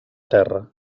terra